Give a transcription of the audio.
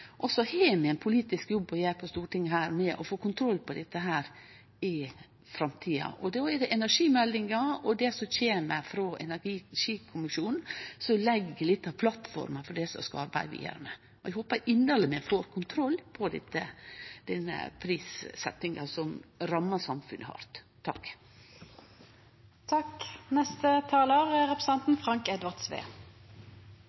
og vi har ein politisk jobb å gjere på Stortinget med å få kontroll på dette i framtida. Då er det energimeldinga og det som kjem frå energikommisjonen som vil leggje litt av plattforma for det vi skal arbeide vidare med. Og eg håpar inderleg vi får kontroll på denne prissetjinga som rammar samfunnet